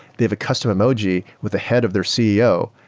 they have a custom emoji with the head of their ceo.